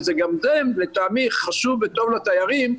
וזה גם לטעמי חשוב וטוב לתיירים,